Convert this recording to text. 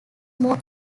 more